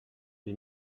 des